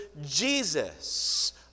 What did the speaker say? Jesus